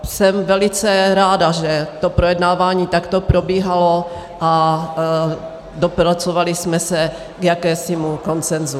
Jsem velice ráda, že to projednávání takto probíhalo a dopracovali jsme se k jakémusi konsenzu.